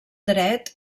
dret